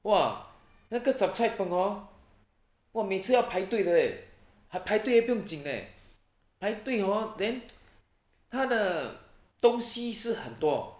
!wah! 那个 zhup cai png hor 我每次要排队的 leh 排队还不用紧 leh 排队 hor then 他的东西是很多